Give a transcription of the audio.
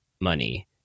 money